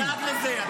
אבל אתה תדאג לזה.